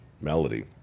melody